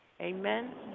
Amen